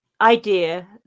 idea